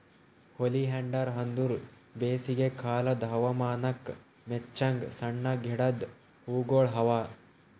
oleander ಅಂದುರ್ ಬೇಸಿಗೆ ಕಾಲದ್ ಹವಾಮಾನಕ್ ಮೆಚ್ಚಂಗ್ ಸಣ್ಣ ಗಿಡದ್ ಹೂಗೊಳ್ ಅವಾ